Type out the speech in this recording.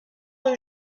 rue